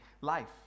life